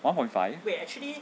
one point five